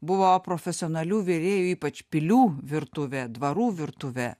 buvo profesionalių virėjų ypač pilių virtuvė dvarų virtuvė